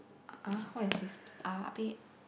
ah what is this